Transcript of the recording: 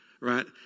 Right